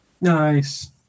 Nice